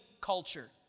culture